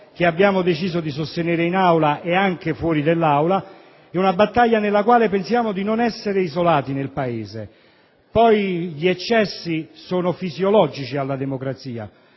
che abbiamo deciso di sostenere dentro e fuori dall'Aula. Si tratta di una battaglia nella quale pensiamo di non essere isolati nel Paese. Certo, gli eccessi sono fisiologici alla democrazia,